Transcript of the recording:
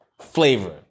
flavor